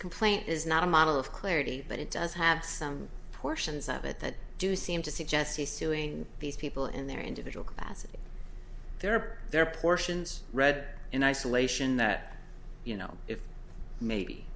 complaint is not a model of clarity but it does have some portions of it that do seem to suggest he is doing these people in their individual capacity there are there portions read in isolation that you know if maybe